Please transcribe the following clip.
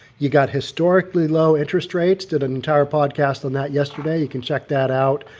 you got historically low interest rates did an entire podcast on that yesterday, you can check that out,